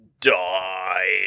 die